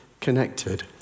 connected